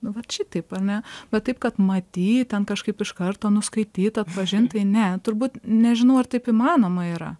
nu vat šitaip ane bet taip kad matyt ten kažkaip iš karto nuskaityt atpažint tai ne turbūt nežinau ar taip įmanoma yra